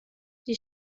die